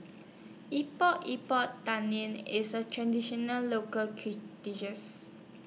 Epok Epok Tan Lian IS A Traditional Local dishes